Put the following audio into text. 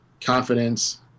confidence